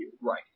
Right